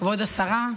כבוד השרה,